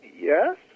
yes